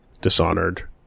Dishonored